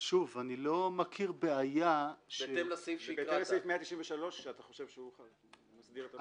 בהתאם לסעיף 193 שאתה חושב ש --- אני לא מכיר שום